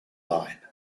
line